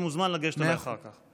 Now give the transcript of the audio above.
אתה מוזמן לגשת אליי אחר כך.